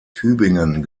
tübingen